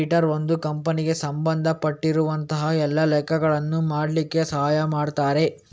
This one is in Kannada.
ಅಡಿಟರ್ ಒಂದು ಕಂಪನಿಗೆ ಸಂಬಂಧ ಪಟ್ಟಿರುವಂತಹ ಎಲ್ಲ ಲೆಕ್ಕಗಳನ್ನ ಮಾಡ್ಲಿಕ್ಕೆ ಸಹಾಯ ಮಾಡ್ತಾರೆ